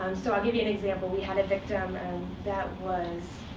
um so i'll give you an example. we had a victim and that was